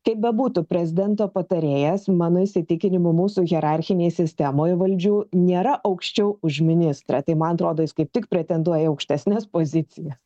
kaip bebūtų prezidento patarėjas mano įsitikinimu mūsų hierarchinėj sistemoj valdžių nėra aukščiau už ministrą tai man atrodo jis kaip tik pretenduoja į aukštesnes pozicijas